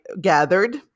gathered